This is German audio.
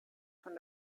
von